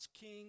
king